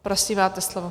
Prosím, máte slovo.